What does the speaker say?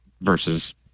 versus